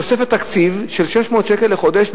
תוספת תקציב של 600 שקל לחודש,